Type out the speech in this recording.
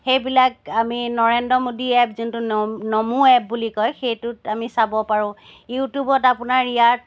সেইবিলাক আমি নৰেন্দ্ৰ মোডী এপ যোনটো নমো এপ বুলি কয় সেইটোত আমি চাব পাৰো ইউটিউবত আপোনাৰ ইয়াৰ